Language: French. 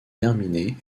terminée